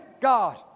god